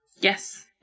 Yes